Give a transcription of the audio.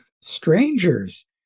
strangers